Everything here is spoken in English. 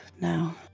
now